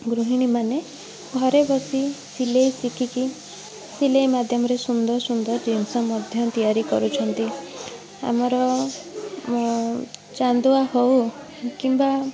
ଗୃହିଣୀମାନେ ଘରେ ବସି ସିଲେଇ ଶିଖିକି ସିଲେଇ ମାଧ୍ୟମରେ ସୁନ୍ଦର ସୁନ୍ଦର ଜିନିଷ ମଧ୍ୟ ତିଆରି କରୁଛନ୍ତି ଆମର ଚାନ୍ଦୁଆ ହେଉ କିମ୍ବା